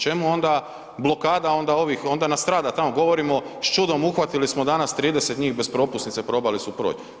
Čemu onda blokada onda ovih, onda nastrada tamo, govorimo s čudom uhvatili smo danas 30 njih bez propusnica, probali su proć.